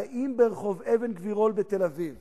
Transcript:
הרי אם ברחוב אבן-גבירול בתל-אביב